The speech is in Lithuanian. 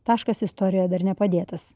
taškas istorijoje dar nepadėtas